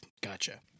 Gotcha